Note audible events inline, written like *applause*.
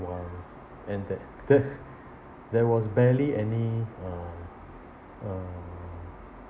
one and that that *laughs* there was barely any uh *breath* uh